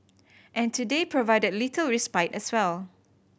and today provided little respite as well